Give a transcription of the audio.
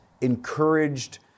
encouraged